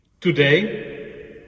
Today